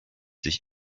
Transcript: sich